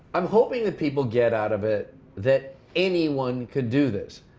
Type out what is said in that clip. i'm hoping that people get out of it that anyone could do this.